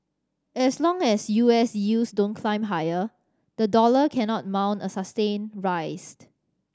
as long as U S yields don't climb higher the dollar cannot mount a sustained rised